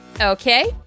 okay